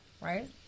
right